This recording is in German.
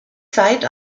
zeit